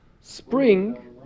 spring